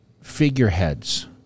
figureheads